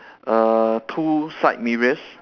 err two side mirrors